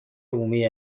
عمومی